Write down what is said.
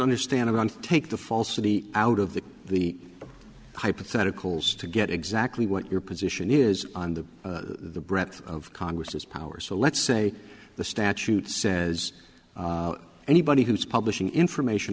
understand and take the falsity out of the the hypotheticals to get exactly what your position is on the the breadth of congress's power so let's say the statute says anybody who's publishing information